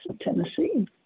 Tennessee